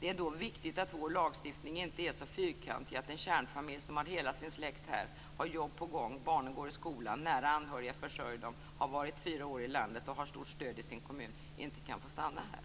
Det är då viktigt att vår lagstiftning inte är så fyrkantig att en kärnfamilj som har hela sin släkt här, som har jobb på gång, som har barn i skolan, som har nära anhöriga som försörjer dem, som har varit fyra år i landet och som har ett stort stöd i sin kommun inte kan få stanna här.